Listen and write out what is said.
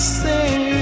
say